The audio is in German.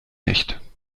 nicht